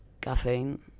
caffeine